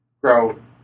grow